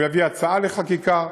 והוא יביא הצעה לחקיקה.